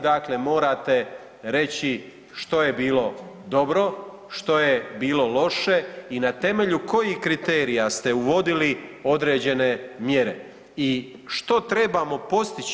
Dakle, morate reći što je bilo dobro, što je bilo loše i na temelju kojih kriterija ste uvodili određene mjere i što trebamo postići.